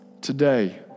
Today